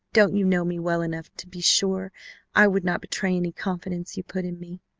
don't you know me well enough to be sure i would not betray any confidence you put in me?